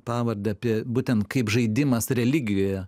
pavardę apie būtent kaip žaidimas religijoje